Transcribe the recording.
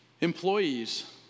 Employees